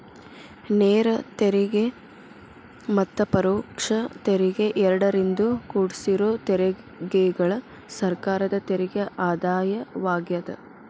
ನೇರ ತೆರಿಗೆ ಮತ್ತ ಪರೋಕ್ಷ ತೆರಿಗೆ ಎರಡರಿಂದೂ ಕುಡ್ಸಿರೋ ತೆರಿಗೆಗಳ ಸರ್ಕಾರದ ತೆರಿಗೆ ಆದಾಯವಾಗ್ಯಾದ